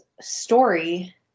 story